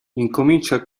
incomincia